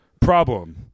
Problem